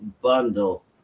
bundle